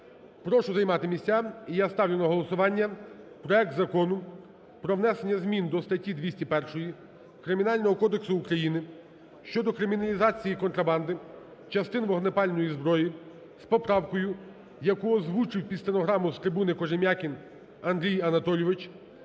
Прошу займати місця. І я ставлю на голосування проект Закону про внесення змін до статті 201 Кримінального кодексу України щодо криміналізації контрабанди частин вогнепальної зброї з поправкою, яку озвучив під стенограму з трибуни Кожем'якін Андрій Анатолійович,